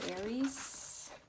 Aries